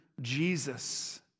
Jesus